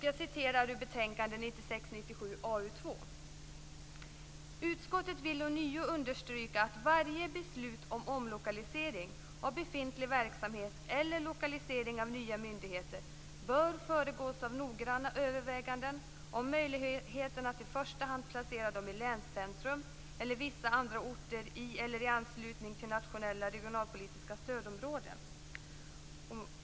Jag citerar ur betänkande 1996/97:AU2: "Utskottet vill ånyo understryka att varje beslut om omlokalisering av befintlig verksamhet eller lokalisering av nya myndigheter bör föregås av noggranna överväganden om möjligheten att i första hand placera dem i länscentrum eller vissa andra orter i eller i anslutning till nationella regionalpolitiska stödområden.